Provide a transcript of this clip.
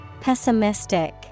Pessimistic